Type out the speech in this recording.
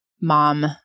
mom